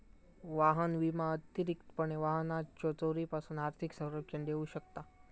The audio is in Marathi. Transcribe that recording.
वाहन विमा अतिरिक्तपणे वाहनाच्यो चोरीपासून आर्थिक संरक्षण देऊ शकता